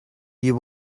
you